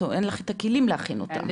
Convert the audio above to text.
אין לך את הכלים להכין אותם.